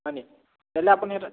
হয়নি তেনেহ'লে আপুনি এটা